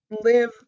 live